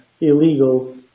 illegal